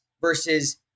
versus